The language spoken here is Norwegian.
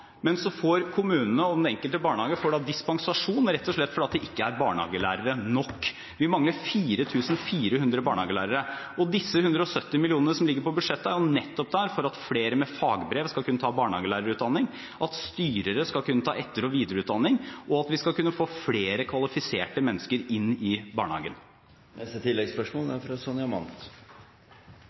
Men så får kommunene og den enkelte barnehagen dispensasjon, rett og slett fordi det ikke er barnehagelærere nok. Vi mangler 4 400 barnehagelærere. Disse 170 mill. kr som ligger i budsjettet, er nettopp der for at flere med fagbrev skal kunne ta barnehagelærerutdanning, at styrere skal ta etter- og videreutdanning og at vi skal kunne få flere kvalifiserte mennesker inn i